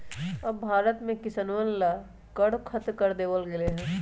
अब भारत में किसनवन ला कर खत्म कर देवल गेले है